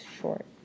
short